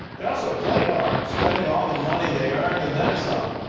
they also played hard, spending all the money they earned, and then some.